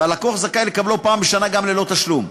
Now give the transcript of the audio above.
והלקוח זכאי לקבלו פעם בשנה גם ללא תשלום.